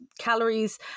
calories